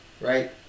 Right